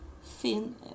fin